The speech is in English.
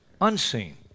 unseen